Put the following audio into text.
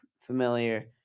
familiar